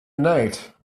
innate